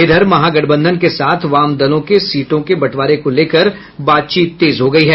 इधर महागठबंधन के साथ वाम दलों के सीटों के बंटवारे को लेकर बातचीत तेज हो गयी है